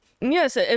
Yes